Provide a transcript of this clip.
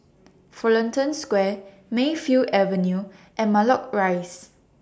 Fullerton Square Mayfield Avenue and Matlock Rise